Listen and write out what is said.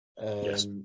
Yes